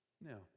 Now